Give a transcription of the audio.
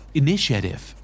initiative